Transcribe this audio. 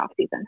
offseason